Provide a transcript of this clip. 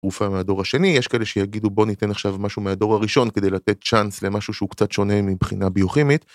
תרופה מהדור השני, יש כאלה שיגידו: בוא ניתן עכשיו משהו מהדור הראשון כדי לתת צ'אנס למשהו שהוא קצת שונה מבחינה ביוכימית.